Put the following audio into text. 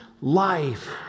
Life